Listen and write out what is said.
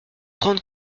trente